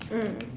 mm